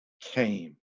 came